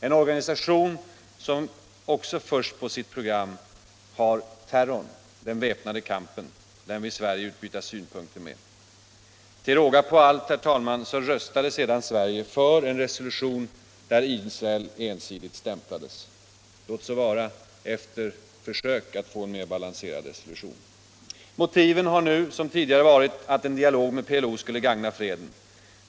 En or ganisation som också främst på sitt program har terrorn, den väpnade kampen, vill Sverige utbyta synpunkter med. Till råga på allt, herr talman, röstade sedan Sverige för en resolution där Israel ensidigt stämplades, låt vara efter försök att få en mera balanserad skrivning. Motiven har nu som tidigare varit att en dialog med PLO skulle gagna freden.